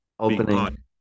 Opening